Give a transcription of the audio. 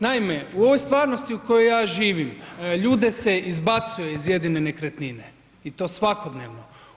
Naime, u ovoj stvarnosti u kojoj ja živim ljude se izbacuje iz jedine nekretnine i to svakodnevno.